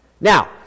Now